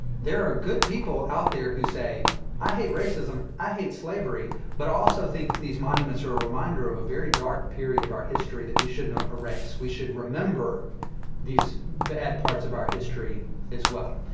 there are good people out there who say i hate racism. i hate slavery. but i also think that these monuments are a reminder of a very dark period of our history that we should not erase. we should remember these bad parts of our history as well.